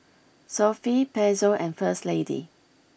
Sofy Pezzo and First Lady